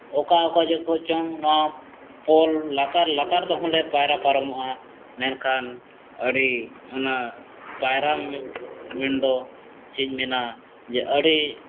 ᱚᱠᱟᱼᱚᱠᱟ ᱡᱚᱠᱷᱚᱡ ᱪᱚᱝ ᱱᱚᱣᱟ ᱯᱳᱞ ᱞᱟᱛᱟᱨᱼᱯᱟᱛᱟᱨ ᱛᱮᱦᱚᱸᱞᱮ ᱯᱟᱭᱨᱟ ᱯᱟᱨᱚᱢᱚᱜᱼᱟ ᱢᱮᱱᱠᱷᱟᱱ ᱟᱹᱰᱤ ᱚᱱᱟ ᱯᱟᱭᱨᱟ ᱢᱮᱱᱫᱚ ᱪᱮᱫᱤᱧ ᱢᱮᱱᱟ ᱡᱮ ᱟᱹᱰᱤ